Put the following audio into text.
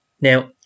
Now